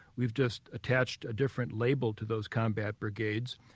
we've just attached a different label to those combat brigades,